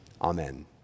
Amen